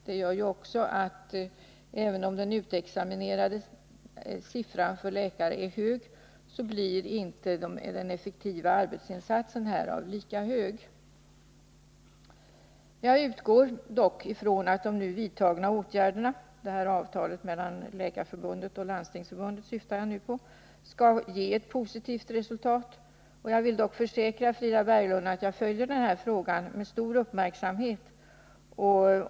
Det gör att även om siffran för utexaminerade läkare är hög, så blir den samlade effektiva arbetsinsatsen inte lika hög. Jag utgår dock ifrån att de nu vidtagna åtgärderna — jag syftar bl.a. på avtalet mellan Läkarförbundet och Landstingsförbundet — skall ge ett positivt resultat. Jag vill i alla fall försäkra Frida Berglund att jag följer den här frågan med stor uppmärksamhet.